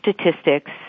statistics